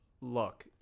look